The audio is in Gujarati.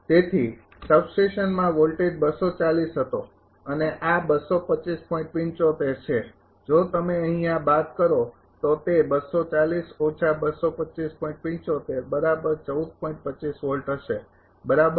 તેથી સબસ્ટેશનમાં વોલ્ટેજ હતો અને આ છે જો તમે અહિયાં બાદ કરો તો તે વોલ્ટ હશે બરાબર